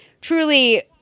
truly